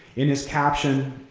in his caption,